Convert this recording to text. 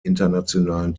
internationalen